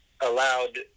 allowed